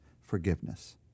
forgiveness